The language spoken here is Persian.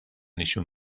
نشون